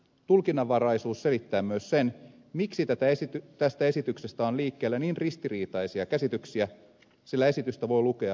tulkinnanvaraisuus selittää myös sen miksi tästä esityksestä on liikkeellä niin ristiriitaisia käsityksiä sillä esitystä voi lukea usein eri tavoin